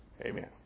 amen